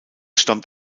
stammt